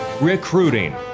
recruiting